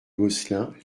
gosselin